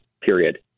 period